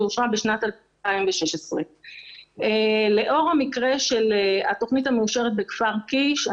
אושרה בשנת 2016. לאור המקרה של התוכנית המאושרת בכפר קיש,